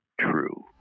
true